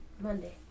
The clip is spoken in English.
Monday